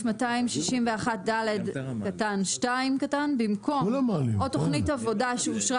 בסעיף 261(ד)(2) במקום או תוכנית עבודה שאושרה